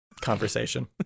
conversation